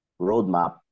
roadmap